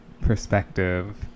perspective